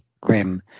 grim